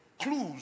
clues